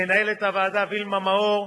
מנהלת הוועדה וילמה מאור,